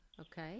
okay